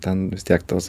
ten vis tiek tos